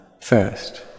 first